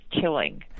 killing